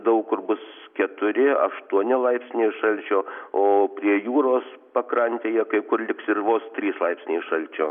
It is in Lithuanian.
daug kur bus keturi aštuoni laipsniai šalčio o prie jūros pakrantėje kai kur liks ir vos trys laipsniai šalčio